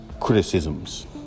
criticisms